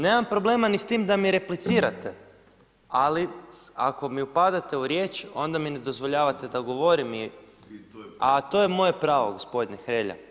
Nemam problema niti s tim da mi replicirate, ali ako mi upadate u riječ onda mi ne dozvoljavate da govorim a to je moje pravo gospodine Hrelja.